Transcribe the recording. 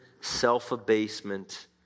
self-abasement